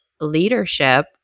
leadership